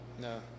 No